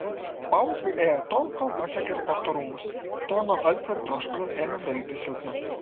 paupiu ėjo tol kol pasiekė sporto rūmus ten nuo alkio ir troškulio ėmė darytis silpna